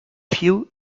few